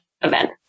event